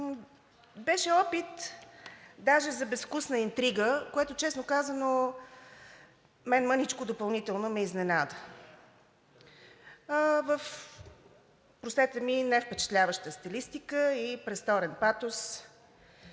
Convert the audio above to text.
беше опит даже за безвкусна интрига, което, честно казано, мен мъничко допълнително ме изненада в, простете ми, невпечатляваща стилистика и престорен патос,